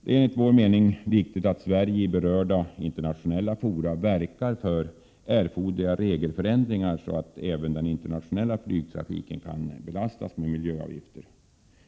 Det är därför enligt vår mening viktigt att Sverige i berörda internationella fora verkar för erforderliga regelförändringar så att även den internationella flygtrafiken kan belastas med miljöavgifter.